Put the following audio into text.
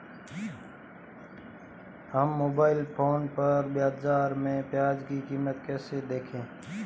हम mobile phone पर बाज़ार में प्याज़ की कीमत कैसे देखें?